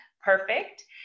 Perfect